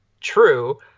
true